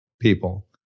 people